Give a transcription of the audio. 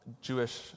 Jewish